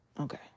Okay